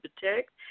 protect